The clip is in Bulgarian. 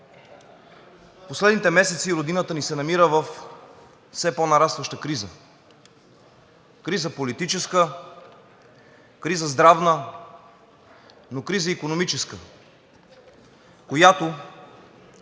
последните месеци Родината ни се намира във все по-нарастваща криза – криза политическа, криза здравна, но и криза икономическа, която